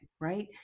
right